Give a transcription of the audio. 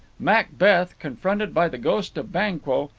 macbeth, confronted by the ghost of banquo,